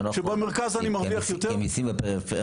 כשבמרכז אני מרוויח יותר --- עם מיסים בפריפריה,